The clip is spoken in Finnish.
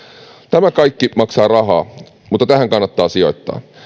tämä kaikki maksaa rahaa mutta tähän kannattaa sijoittaa